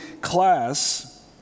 class